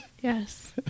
yes